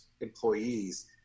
employees